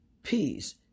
peace